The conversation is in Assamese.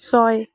ছয়